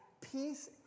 peace